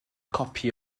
copi